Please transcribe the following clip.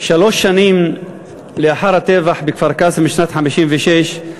שלוש שנים לאחר הטבח בכפר-קאסם בשנת 1956,